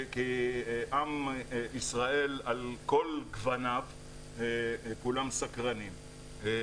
כי עם ישראל על כל גווניו כולם סקרנים.